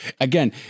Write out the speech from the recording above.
again